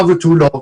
נעצר ותו לא.